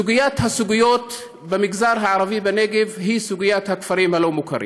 סוגיית הסוגיות במגזר הערבי בנגב היא סוגיית הכפרים הלא-מוכרים,